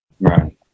right